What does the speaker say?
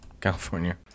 california